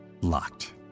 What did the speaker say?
Locked